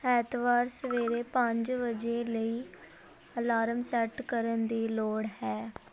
ਐਤਵਾਰ ਸਵੇਰੇ ਪੰਜ ਵਜੇ ਲਈ ਅਲਾਰਮ ਸੈੱਟ ਕਰਨ ਦੀ ਲੋੜ ਹੈ